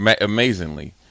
Amazingly